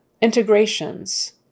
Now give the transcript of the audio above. Integrations